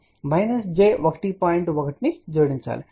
1 ను జోడించాలి